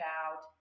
out